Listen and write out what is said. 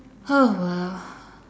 oh well